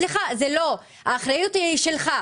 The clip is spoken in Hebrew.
סליחה, האחריות היא שלך.